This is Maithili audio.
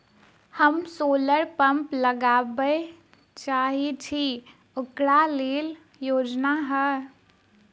हम सोलर पम्प लगाबै चाहय छी ओकरा लेल योजना हय?